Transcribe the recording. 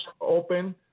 open